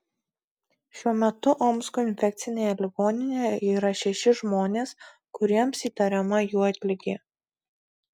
šiuo metu omsko infekcinėje ligoninėje yra šeši žmonės kuriems įtariama juodligė